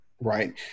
Right